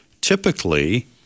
Typically